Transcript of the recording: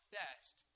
best